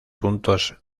puntos